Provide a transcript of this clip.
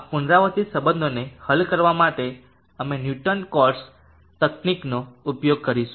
આ પુનરાવર્તિત સંબંધોને હલ કરવા માટે અમે ન્યૂટન કોટ્સ તકનીકોનો ઉપયોગ કરીશું